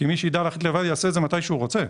כי מי שיידע להחליט לבד יעשה את זה מתי שהוא רוצה,